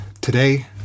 Today